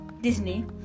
Disney